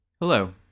Hello